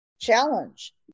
challenge